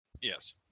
Yes